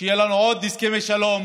שיהיו לנו עוד הסכמי שלום